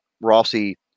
Rossi